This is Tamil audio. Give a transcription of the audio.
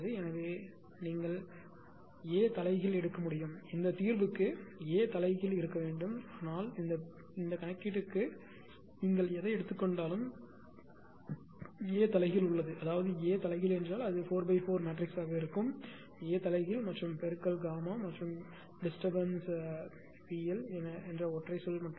எனவே நீங்கள் A தலைகீழ் எடுக்க முடியும் இந்த தீர்வுக்கு A தலைகீழ் இருக்க வேண்டும் ஆனால் இந்த பிரச்சனைக்கு நீங்கள் எதை எடுத்துக் கொண்டாலும் A தலைகீழ் உள்ளது அதாவது A தலைகீழ் என்றால் அது 4 x 4 மேட்ரிக்ஸாக இருக்கும் A தலைகீழ் மற்றும் பெருக்கல் Γ மற்றும் இடையூறு termP L என்ற ஒற்றைச் சொல் மட்டுமே